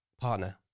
partner